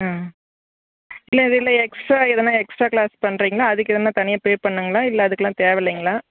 ம் இல்லை அது இல்லை எக்ஸ்ட்ரா எதனால் எக்ஸ்ட்ரா கிளாஸ் பண்ணுறீங்களா அதுக்கு எதனால் தனியாக பே பண்ணுங்களா இல்லை அதுக்கெலாம் தேவை இல்லைங்களா